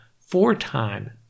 four-time